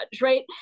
right